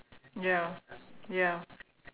ya ya